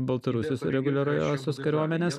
baltarusijos reguliariosios kariuomenės